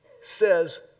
says